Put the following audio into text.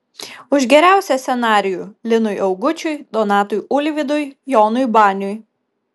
už geriausią scenarijų linui augučiui donatui ulvydui jonui baniui